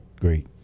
Great